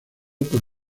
por